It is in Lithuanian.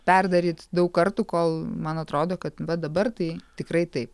perdaryt daug kartų kol man atrodo kad va dabar tai tikrai taip